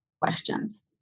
questions